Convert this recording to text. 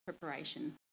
preparation